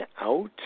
out